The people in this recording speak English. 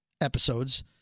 episodes